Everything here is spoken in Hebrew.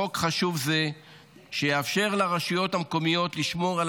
בחוק חשוב זה שיאפשר לרשויות המקומיות לשמור על